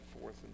forth